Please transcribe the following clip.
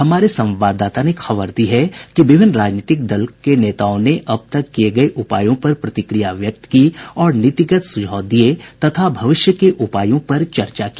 हमारे संवाददाता ने खबर दी है कि विभिन्न राजनीतिक दलों के नेताओं ने अब तक किये गये उपायों पर प्रतिक्रिया व्यक्त की और नीतिगत सुझाव दिये तथा भविष्य के उपायों पर चर्चा की